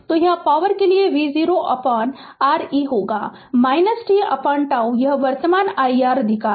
तो यह पॉवर के लिए v0R e होगा tτ यह वर्तमान iR अधिकार है